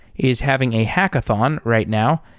is having a hackathon right now,